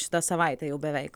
šitą savaitę jau beveik